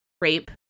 rape